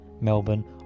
Melbourne